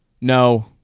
no